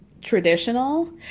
traditional